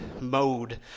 mode